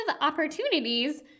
opportunities